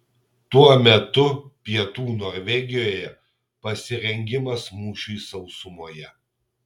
tuo metu pietų norvegijoje pasirengimas mūšiui sausumoje